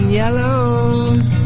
yellows